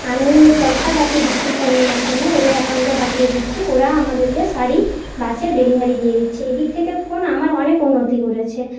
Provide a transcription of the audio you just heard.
আমি পয়সা পাঠিয়ে দিচ্ছি ফোনের মাধ্যমে ওদের অ্যাকাউন্টে পাঠিয়ে দিচ্ছি ওরা আমাদেরকে শাড়ি বাসে ডেলিভারি দিয়ে দিচ্ছে এদিক থেকে ফোন আমার অনেক উন্নতি করেছে